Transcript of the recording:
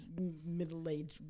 middle-aged